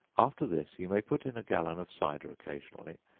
after this, you may put in a gallon of cider occasionally,